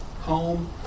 home